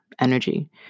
energy